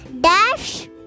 dash